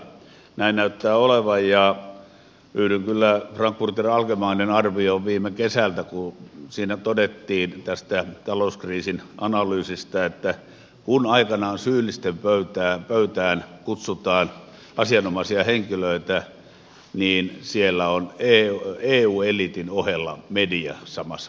näin näyttää olevan ja yhdyn kyllä frankfurter allgemeinen arvioon viime kesältä kun siinä todettiin tästä talouskriisin analyysistä että kun aikanaan syyllisten pöytään kutsutaan asianomaisia henkilöitä niin siellä on eu eliitin ohella media samassa pöydässä